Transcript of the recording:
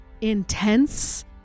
intense